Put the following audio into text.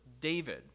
David